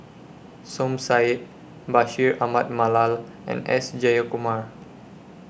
Som Said Bashir Ahmad Mallal and S Jayakumar